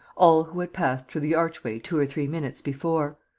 all who had passed through the archway two or three minutes before.